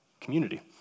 community